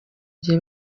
gihe